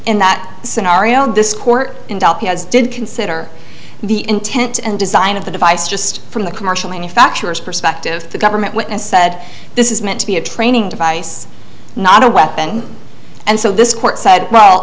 in that scenario and this court has did consider the intent and design of the device just from the commercial manufacturers perspective the government witness said this is meant to be a training device not a weapon and so this court said